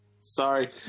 Sorry